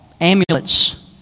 amulets